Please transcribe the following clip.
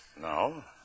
No